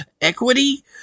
Equity